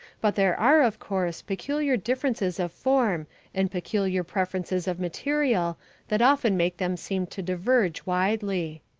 but there are, of course, peculiar differences of form and peculiar preferences of material that often make them seem to diverge widely.